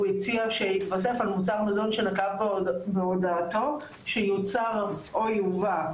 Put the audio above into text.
הוא הציע שיתווסף: "על מוצר מזון שנקב בו בהודעתו שיוצר או יובא".